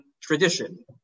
tradition